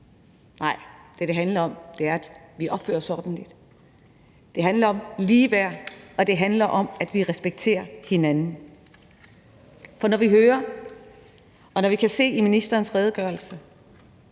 Nej, det, det handler om, er, at vi opfører os ordentligt. Det handler om ligeværd, og det handler om, at vi respekterer hinanden. Når vi kan se i ministerens redegørelse,